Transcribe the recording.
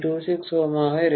26 ῼ ஆக இருக்கலாம்